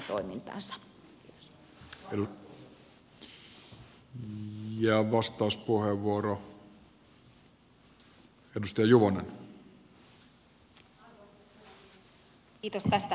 arvoisa puhemies